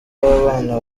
w’abana